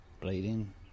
bleeding